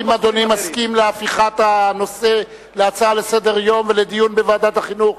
האם אדוני מסכים להפיכת הנושא להצעה לסדר-היום שתידון בוועדת החינוך,